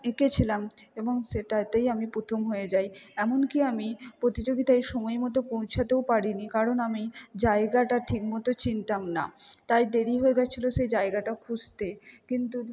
এঁকেছিলাম এবং সেটাতেই আমি প্রথম হয়ে যাই এমন কি আমি প্রতিযোগিতায় সময় মতো পৌঁছাতেও পারিনি কারণ আমি জায়গাটা ঠিক মতো চিনতাম না তাই দেরি হয়ে গেছিলো সেই জায়গাটা খুঁজতে কিন্তু